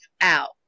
out